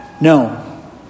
No